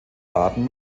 daten